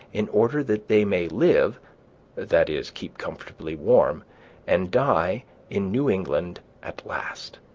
in order that they may live that is, keep comfortably warm and die in new england at last.